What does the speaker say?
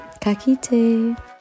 Kakiti